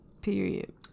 Period